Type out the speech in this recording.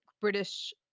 British